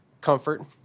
comfort